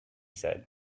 said